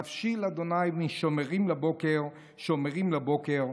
נפשי לה' משמרים לבקר שמרים לבקר.